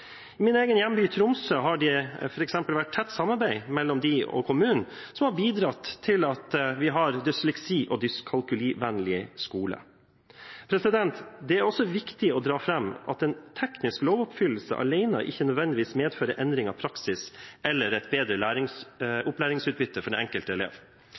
I min egen hjemby, Tromsø, har det f.eks. vært tett samarbeid mellom dem og kommunen, noe som har bidratt til at vi har dysleksi- og dyskalkulivennlige skoler. Det er også viktig å dra fram at en teknisk lovoppfyllelse alene ikke nødvendigvis medfører endring av praksis eller et bedre opplæringsutbytte for den enkelte elev.